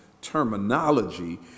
terminology